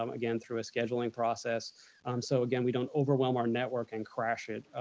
um again through a scheduling process so again, we don't overwhelm our network and crash it.